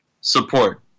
support